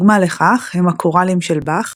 דוגמה לכך הם הכוראלים של באך,